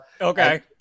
Okay